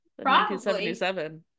1977